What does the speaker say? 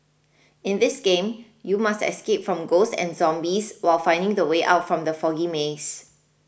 in this game you must escape from ghosts and zombies while finding the way out from the foggy maze